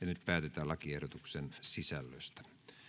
nyt päätetään lakiehdotuksen sisällöstä